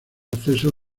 acceso